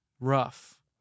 rough